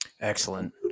Excellent